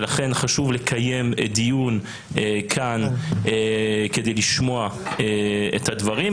ולכן חשוב לנו לקיים את הדיון ולשמוע את הדברים,